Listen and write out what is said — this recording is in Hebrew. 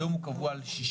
היום הוא קבוע על 60%,